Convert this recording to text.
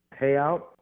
payout